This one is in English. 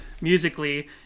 musically